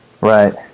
Right